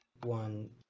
one